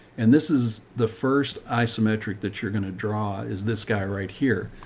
and this is the first isometric that you're going to draw. is this guy right here.